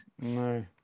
No